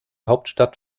hauptstadt